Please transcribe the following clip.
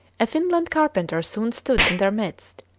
a finland carpenter soon stood in their midst,